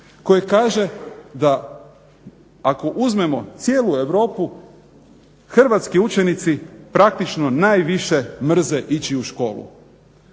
koje kaže da ako uzmemo cijelu Europu hrvatski učenici praktično najviše mrze ići u školu.